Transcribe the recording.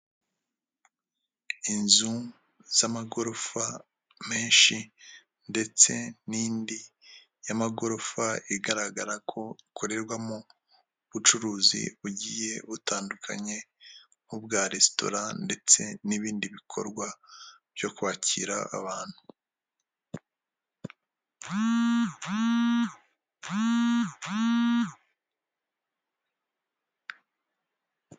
Inzu z'amagorofa menshi ndetse n'indi y'amagorofa igaragara ko ikorerwamo ubucuruzi bugiye butandukanye nk'ubwa resitora ndetse n'ibindi bikorwa byo kwakira abantu.